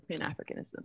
Pan-Africanism